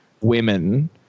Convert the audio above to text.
women